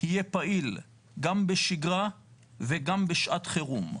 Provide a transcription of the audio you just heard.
יהיה פעיל, גם בשגרה וגם בשעת חירום.